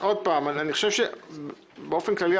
באופן כללי,